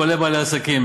כולל בעלי עסקים,